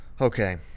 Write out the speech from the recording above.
okay